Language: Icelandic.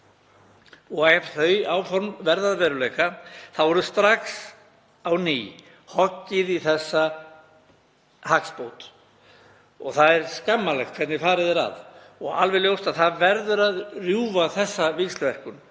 Ef þau áform verða að veruleika verður strax á ný hoggið í þessa hagsbót. Það er skammarlegt hvernig farið er að og alveg ljóst að það verður að rjúfa þessa víxlverkun,